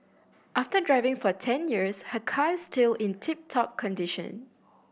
after driving for ten years her car is still in tip top condition